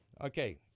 Okay